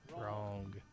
Wrong